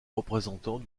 représentants